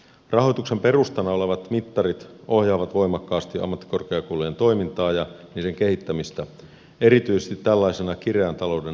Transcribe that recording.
rahoituksen perustana olevat mittarit ohjaavat voimakkaasti ammattikorkeakoulujen toimintaa ja niiden kehittämistä erityisesti tällaisena kireän talouden aikana